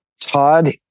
Todd